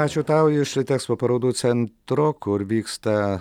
ačiū tau iš litekspo parodų centro kur vyksta